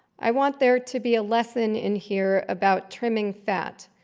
i want there to be a lesson in here about trimming fat,